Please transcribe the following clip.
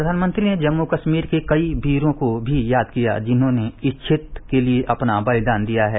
प्रधानमंत्री ने जम्मू कश्मीर के कई वीरों को भी याद किया जिन्होंने इस क्षेत्र के लिये अपना बलिदान दिया है